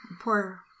Poor